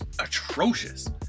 Atrocious